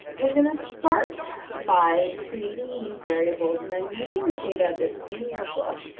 we're going to start by creating new variables and then using the data that's in your book,